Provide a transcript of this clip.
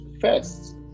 first